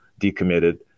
decommitted